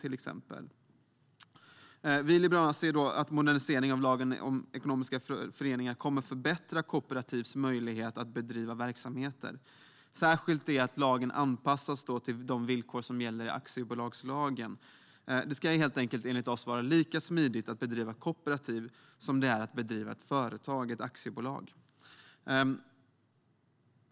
Vi liberaler anser att en modernisering av lagen om ekonomiska föreningar kommer att förbättra kooperativs möjligheter att bedriva verksamheter, och det gäller särskilt att lagen anpassas till de villkor som gäller enligt aktiebolagslagen. Det ska enligt oss helt enkelt vara lika smidigt att driva kooperativ som det är att driva ett företag - ett aktiebolag.